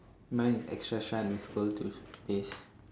mine is extra shine with pearl toothpaste